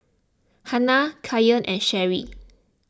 Hanna Kyan and Sherry